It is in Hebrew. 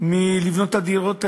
לבנות את הדירות האלה.